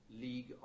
League